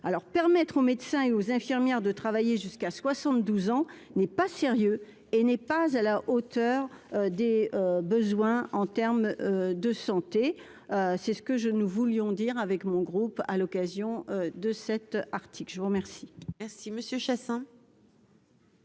permettre aux médecins et aux infirmières de travailler jusqu'à 72 ans, n'est pas sérieux et n'est pas à la hauteur des besoins en terme de santé, c'est ce que je nous voulions dire avec mon groupe, à l'occasion de cet article, je vous remercie.